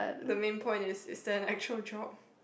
the main point is is there an actual job